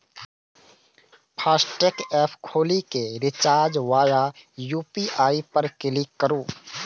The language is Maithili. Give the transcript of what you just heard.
फास्टैग एप खोलि कें रिचार्ज वाया यू.पी.आई पर क्लिक करू